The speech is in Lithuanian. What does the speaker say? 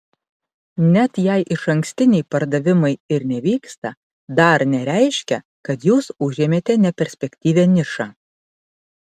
net jei išankstiniai pardavimai ir nevyksta dar nereiškia kad jūs užėmėte neperspektyvią nišą